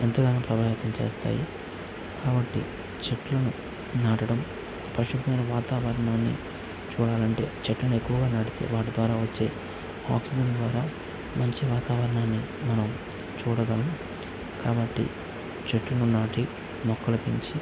ఎంతగానో ప్రభావితం చేస్తాయి కాబట్టి చెట్లను నాటడము పరిశుభ్రమైన వాతావరణాన్ని చూడాలంటే చెట్లను ఎక్కువగా నాటితే వాటి ద్వారా వచ్చే ఆక్సిజన్ ద్వారా మంచి వాతావరణాన్ని మనం చూడగలము కాబట్టి చెట్లను నాటి మొక్కలు పెంచి